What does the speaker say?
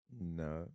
No